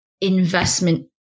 investment